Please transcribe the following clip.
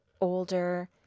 older